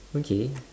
okay